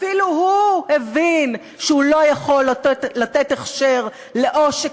אפילו הוא הבין שהוא לא יכול לתת הכשר לעושק